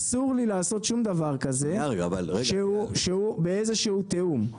אסור לי לעשות שום דבר כזה שהוא באיזשהו תיאום.